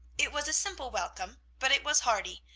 it was a simple welcome, but it was hearty,